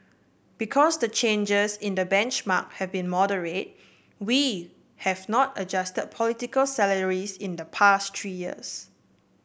because the changes in the benchmark have been moderate we have not adjusted political salaries in the past three years